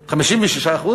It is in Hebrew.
56%,